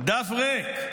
"דף ריק,